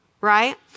right